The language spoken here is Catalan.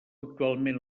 actualment